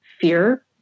fear